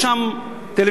יש שם טלוויזיה.